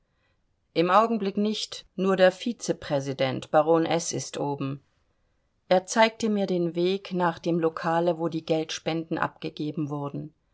im augenblick nicht nur der vizepräsident baron s ist oben er zeigte mir den weg nach dem lokale wo die geldspenden abgegeben wurden